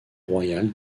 royale